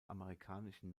amerikanischen